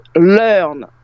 learn